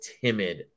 timid